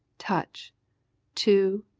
touch two,